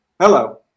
Hello